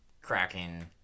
cracking